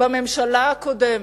בממשלה הקודמת,